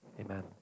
amen